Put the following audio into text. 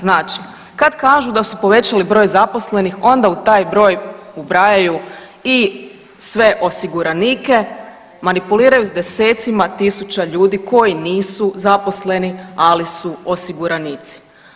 Znači kad kažu da su povećali broj zaposlenih onda u taj broj ubrajaju i sve osiguranike, manipuliraju s desecima tisuća ljudi koji nisu zaposleni, ali su osiguranici.